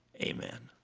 amen.